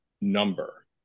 number